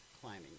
climbing